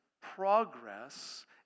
progress